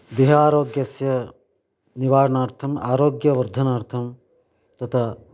देहारोग्यस्य निवारणार्थम् आरोग्यवर्धनार्थं तथा